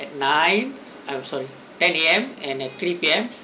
at nine I am sorry ten A_M and at three P_M